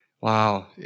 Wow